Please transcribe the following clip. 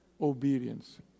obedience